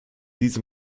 diese